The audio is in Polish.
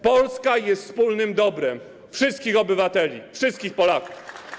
Polska jest wspólnym dobrem wszystkich obywateli, wszystkich Polaków.